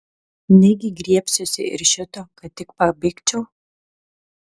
negi griebsiuosi ir šito kad tik pabėgčiau